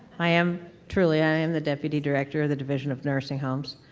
i am truly i am the deputy director of the division of nursing homes,